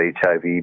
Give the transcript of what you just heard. HIV